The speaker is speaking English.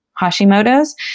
Hashimoto's